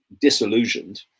disillusioned